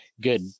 good